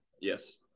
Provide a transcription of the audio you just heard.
Yes